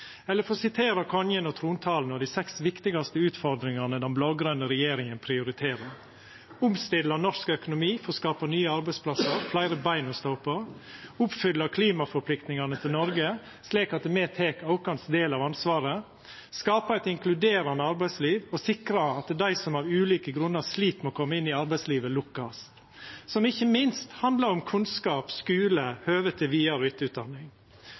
Eller for å visa til Kongens trontale og dei seks viktigaste utfordringane den blå-grøne regjeringa prioriterer: å omstilla norsk økonomi for å skapa nye arbeidsplassar og fleire bein å stå på å oppfylla klimapliktene til Noreg, slik at me tek vår del av ansvaret å skapa eit inkluderande arbeidsliv og sikra at dei som av ulike grunnar slit med å koma inn i arbeidslivet, lukkast, noko som ikkje minst handlar om kunnskap, skule og høve til vidare-